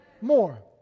More